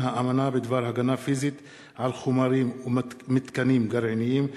האמנה בדבר הגנה פיזית על חומרים ומתקנים גרעיניים,